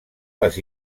les